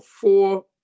four